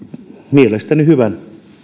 mielestäni hyvän